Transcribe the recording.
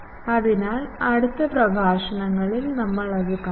അതിനാൽ അടുത്ത പ്രഭാഷണങ്ങളിൽ നമ്മൾ കാണും